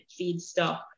feedstock